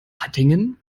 hattingen